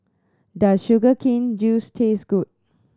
does sugar cane juice taste good